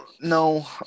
No